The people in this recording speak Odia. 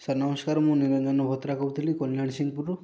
ସାର୍ ନମସ୍କାର ମୁଁ ନିରଞ୍ଜନ ଭଦ୍ରା କହୁଥିଲି କଲ୍ୟାଣୀସିଂପୁରରୁ